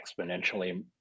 exponentially